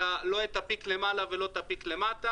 לא את השיא למעלה ולא את השיא למטה,